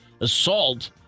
assault